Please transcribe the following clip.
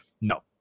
no